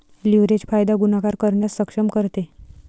leverage फायदा गुणाकार करण्यास सक्षम करते